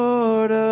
Lord